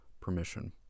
permission